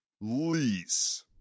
Lease